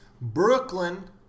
brooklyn